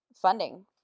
Funding